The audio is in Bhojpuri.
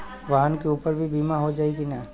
वाहन के ऊपर भी बीमा हो जाई की ना?